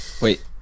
Wait